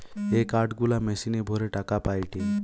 এ card গুলা মেশিনে ভরে টাকা পায়টে